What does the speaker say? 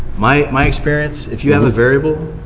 my my experience, if you have a variable,